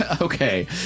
Okay